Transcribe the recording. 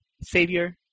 savior